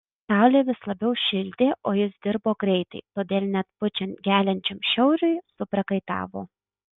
saulė vis labiau šildė o jis dirbo greitai todėl net pučiant geliančiam šiauriui suprakaitavo